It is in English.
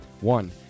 One